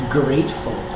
grateful